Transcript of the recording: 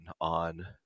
on